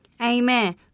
Amen